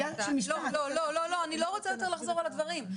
אני לא רוצה יותר לחזור על הדברים.